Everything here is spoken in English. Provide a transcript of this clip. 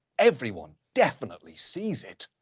everyone definitely sees it.